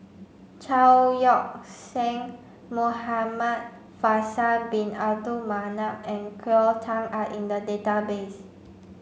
Chao Yoke San Muhamad Faisal bin Abdul Manap and Cleo Thang are in the database